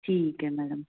ਠੀਕ ਹੈ ਮੈਡਮ